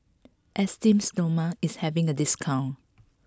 Esteem Stoma is having a discount